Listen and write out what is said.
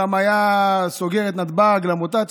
הוא גם היה סוגר את נתב"ג למוטציות.